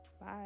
Bye